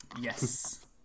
Yes